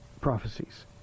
prophecies